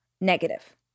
negative